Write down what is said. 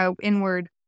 inward